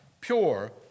pure